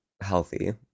healthy